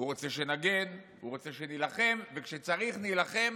הוא רוצה שנגן, הוא רוצה שנילחם, וכשצריך, נילחם